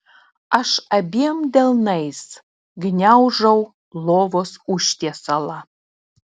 aš abiem delnais gniaužau lovos užtiesalą